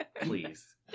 please